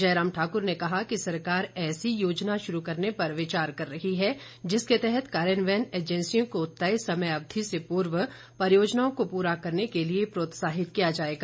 जयराम ठाकर ने कहा कि सरकार ऐसी योजना शुरू करने पर विचार कर रही है जिसके तहत कार्यान्वयन एजेंसियों को तय समय अवधि से पूर्व परियोजनाओं को पूरा करने के लिए प्रोत्साहित किया जाएगा